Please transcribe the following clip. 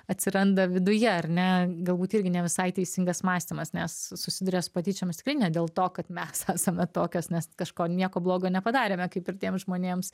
atsiranda viduje ar ne galbūt irgi ne visai teisingas mąstymas nes susiduria su patyčiomis tikrai ne dėl to kad mes esame tokios nes kažko nieko blogo nepadarėme kaip ir tiems žmonėms